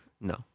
No